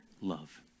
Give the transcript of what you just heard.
love